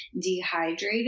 dehydrated